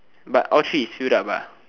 but all three is filled up